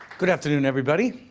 good afternoon, everybody.